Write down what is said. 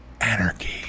anarchy